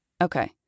Okay